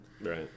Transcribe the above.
Right